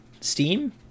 Steam